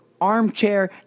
Armchair